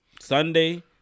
Sunday